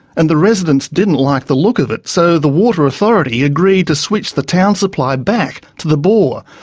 and the residents didn't like the look of it, so the water authority agreed to switch the town supply back to the bore,